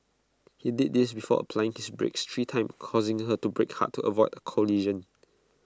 he did this before applying his brakes three times causing her to brake hard to avoid A collision